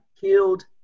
killed